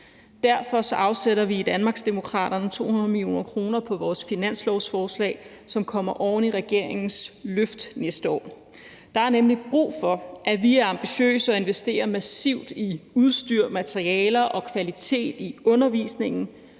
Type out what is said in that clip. Derfor afsætter vi i Danmarksdemokraterne 200 mio. kr. på vores finanslovsforslag, som kommer oven i regeringens løft næste år. Der er nemlig brug for, at vi er ambitiøse og investerer massivt i udstyr, materialer og kvalitet i undervisningen,